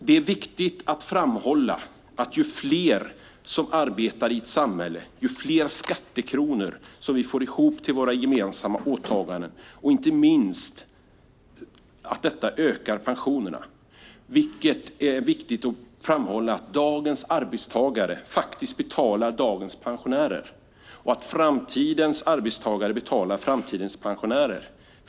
Det är viktigt att framhålla att ju fler som arbetar i ett samhälle och ju fler skattekronor vi får ihop till våra gemensamma åtaganden desto mer ökar pensionerna. Dagens arbetstagare betalar dagens pensionärer och framtidens arbetstagare betalar framtidens pensionärer.